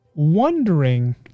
wondering